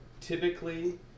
typically